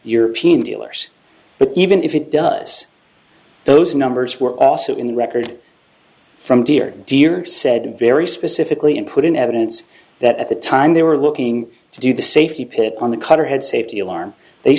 european dealers but even if it does those numbers were also in the record from dear dear said very specifically and put in evidence that at the time they were looking to do the safety pit on the cutterhead safety alarm they